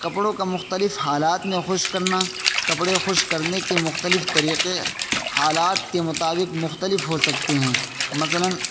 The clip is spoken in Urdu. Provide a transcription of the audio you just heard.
کپڑوں کا مختلف حالات میں خشک کرنا کپڑے خشک کرنے کے مختلف طریقے حالات کے مطابق مختلف ہو سکتے ہیں مثلاً